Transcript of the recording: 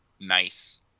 Nice